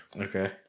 Okay